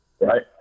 Right